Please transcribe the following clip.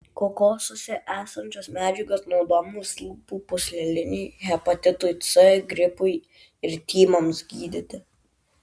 kokosuose esančios medžiagos naudojamos lūpų pūslelinei hepatitui c gripui ir tymams gydyti